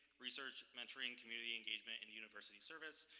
research, mentoring, community engagement, and university service,